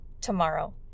tomorrow